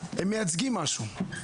הם מייצגים משהו,